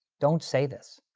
don't say this,